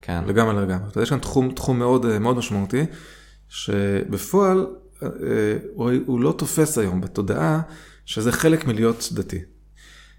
כן, לגמרי לגמרי. יש כאן תחום... תחום מאוד מאוד משמעותי, שבפועל הוא לא תופס היום בתודעה, שזה חלק מלהיות דתי.